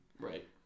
Right